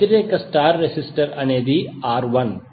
వ్యతిరేక star resistor అనేది R1